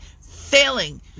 Failing